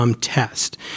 test